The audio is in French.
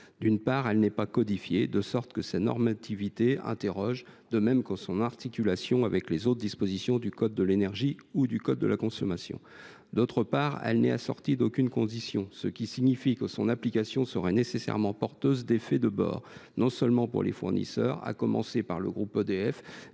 D’une part, elle n’est pas codifiée, de sorte que sa normativité interroge, de même que son articulation avec les autres dispositions du code de l’énergie ou du code de la consommation. D’autre part, elle n’est assortie d’aucune condition, ce qui signifie que son application serait nécessairement porteuse d’effets de bord, non seulement pour les fournisseurs, à commencer par le groupe EDF,